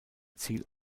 ziel